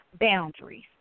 boundaries